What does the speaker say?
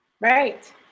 Right